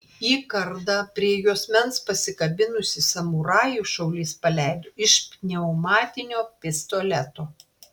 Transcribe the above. į kardą prie juosmens pasikabinusį samurajų šaulys paleido iš pneumatinio pistoleto